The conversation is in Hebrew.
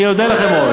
אני אודה לכם מאוד.